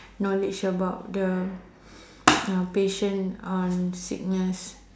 knowledge about the uh patient on sickness